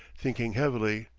thinking heavily,